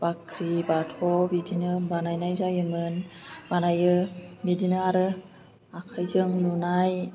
बाख्रि बाथौ बिदिनो बानायनाय जायोमोन बानायो बिदिनो आरो आखाइजों लुनाय